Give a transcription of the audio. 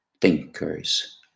thinkers